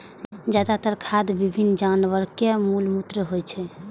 जादेतर खाद विभिन्न जानवरक मल मूत्र होइ छै